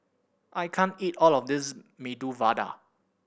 I can't eat all of this Medu Vada